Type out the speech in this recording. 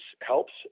helps